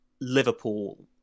Liverpool